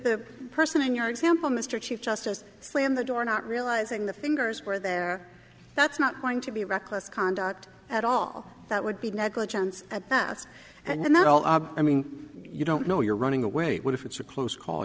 the person in your example mr chief justice slammed the door not realizing the fingers were there that's not going to be reckless conduct at all that would be negligence at best and that all i mean you don't know you're running away what if it's a close call